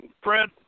Fred